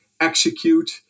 execute